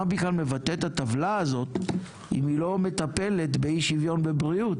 מה בכלל מבטאת הטבלה הזאת אם היא לא מטפלת באי-השוויון בבריאות?